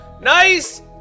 Nice